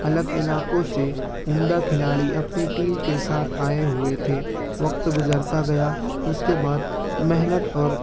الگ علاقوں سے عمدہ کھلاڑی اپنی ٹیم کے ساتھ آئے ہوئے تھے وقت گزرتا گیا اس کے بعد محنت اور